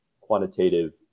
Quantitative